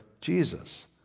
Jesus